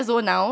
old now